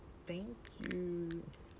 thank you